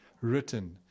written